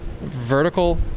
vertical